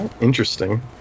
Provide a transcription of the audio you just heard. Interesting